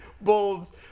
Bulls